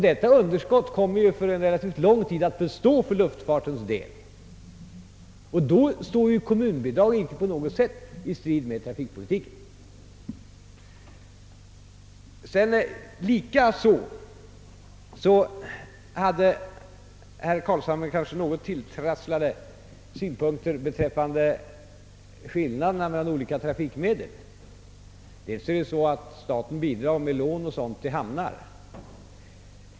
Detta underskott kommer att bestå relativt lång tid för luftfartens del och då står kommunbidrag inte på något sätt i strid med trafikpolitiken. Herr Carlshamre hade kanske också något tilltrasslade synpunkter beträffande skillnaderna mellan olika trafikmedel. Staten bidrar t.ex. med lån till hamnar.